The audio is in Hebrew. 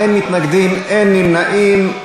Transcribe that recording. אין מתנגדים ואין נמנעים.